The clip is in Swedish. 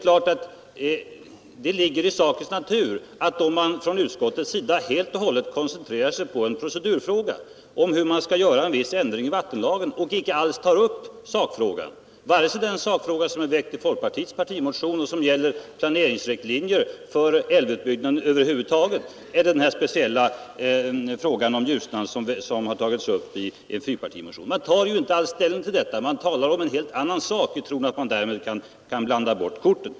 Utskottet har i stället helt koncentrerat sig på om en viss ändring i vattenlagen och icke alls tagit upp sakfrågan, vare sig det krav som ställs i folkpartiets partimotion och som gäller planeringsriktlinjer för älvutbyggnad över huvud taget eller den här speciella frågan om Ljusnan som tagits upp i en fyrpartimotion. Man tar inte alls ställning till detta, utan försöker blanda bort korten genom att tala om en helt annan sak.